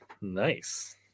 Nice